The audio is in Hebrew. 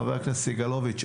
חבר הכנסת סגלוביץ',